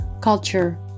culture